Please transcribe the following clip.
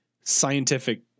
scientific